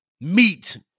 Meat